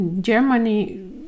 Germany